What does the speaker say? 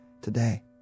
today